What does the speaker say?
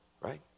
right